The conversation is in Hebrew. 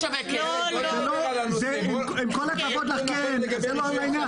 --- עם כל הכבוד לך קרן זה לא לענין.